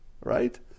right